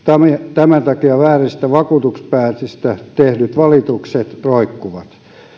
tämän takia vääristä vakuutuspäätöksistä tehdyt valitukset roikkuvat